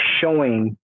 showing